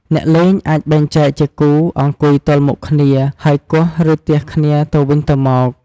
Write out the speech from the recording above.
អ្នកលេងអាចបែងចែកជាគូ អង្គុយទល់មុខគ្នាហើយគោះ ឬទះគ្នាទៅវិញទៅមក។